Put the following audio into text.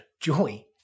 joy